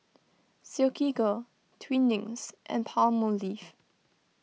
Silkygirl Twinings and Palmolive